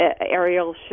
Ariel